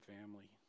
family